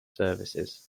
services